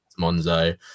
Monzo